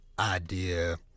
Idea